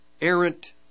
errant